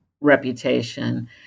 reputation